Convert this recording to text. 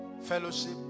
fellowship